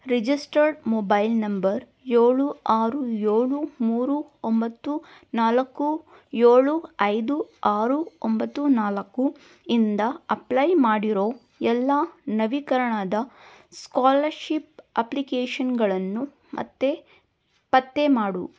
registered mobile number ಏಳು ಆರು ಏಳು ಮೂರು ಒಂಬತ್ತು ನಾಲ್ಕು ಏಳು ಐದು ಆರು ಒಂಬತ್ತು ನಾಲ್ಕು ಇಂದ ಅಪ್ಲೈ ಮಾಡಿರೋ ಎಲ್ಲ ನವೀಕರಣದ ಸ್ಕಾಲರ್ಷಿಪ್ ಅಪ್ಲಿಕೇಷನ್ಗಳನ್ನು ಮತ್ತೆ ಪತ್ತೆ ಮಾಡು